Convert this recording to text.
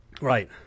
Right